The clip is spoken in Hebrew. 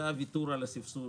זה הוויתור על הספסור